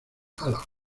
hala